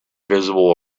visible